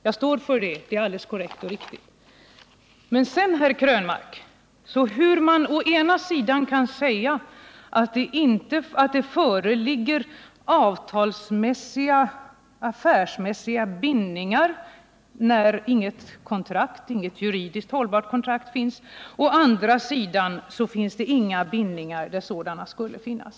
Jag står för detta — det är alldeles korrekt. Hur kan man, herr Krönmark, säga att det å ena sidan föreligger avtalsmässiga, affärsmässiga bindningar när inget juridiskt hållbart kontrakt finns men att det å andra sidan inte finns några bindningar där sådana skulle finnas?